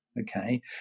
okay